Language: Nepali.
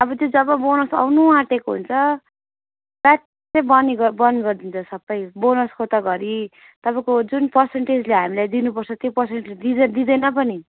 अब त्यो जब बोनस आउनु आँटेको हुन्छ फ्याट्टै बानी बन्द गरिदिन्छ सबै बोनसको त घरि तपाईँको जुन पर्सन्टेजले हामीलाई दिनुपर्छ त्यो पर्सन्टेजले दिँदै दिँदैन पनि